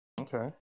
Okay